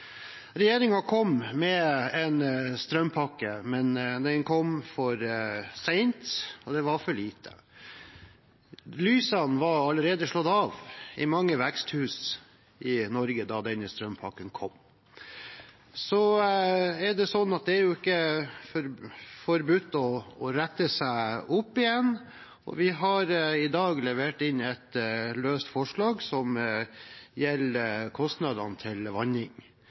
kom med en strømpakke, men den kom for sent, og det var for lite. Lysene var allerede slått av i mange veksthus i Norge da denne strømpakken kom. Men det er ikke forbudt å rette opp i ting, og vi har i dag fremmet et løst forslag som gjelder kostnadene ved vanning.